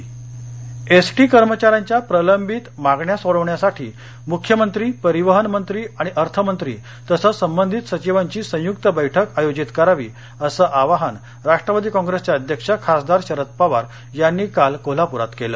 Sharad Pawar Kolhapur ST कर्मचाऱ्यांच्या प्रलंबित मागण्या सोडवण्यासाठी मुख्यमंत्री परिवहन मंत्री आणि अर्थमंत्री तसंच संबंधित सधिवांची संयुक्त बैठक आयोजित करावी असं आवाहन राष्ट्रवादी काप्रेसचे अध्यक्ष खासदार शरद पवार यांनी काल कोल्हापुरात केलं